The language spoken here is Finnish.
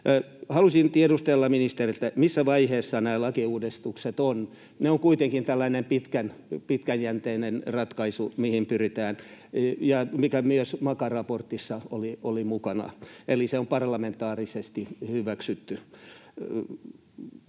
Haluaisin tiedustella ministeriltä, missä vaiheessa nämä lakiuudistukset ovat. Ne ovat kuitenkin pitkäjänteinen ratkaisu, mihin pyritään, mikä myös MAKA-raportissa oli mukana, eli se on parlamentaarisesti hyväksytty.